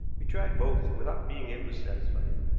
we tried both without being able to satisfy him.